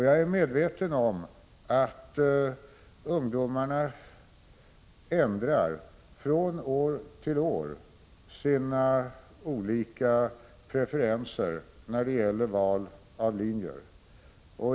Jag är medveten om att ungdomarna från år till år ändrar sina olika preferenser när det gäller val av linjer.